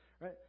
right